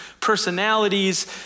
personalities